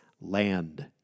land